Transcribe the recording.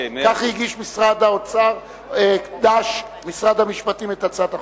כך הגישו משרד האוצר / משרד המשפטים את הצעת החוק.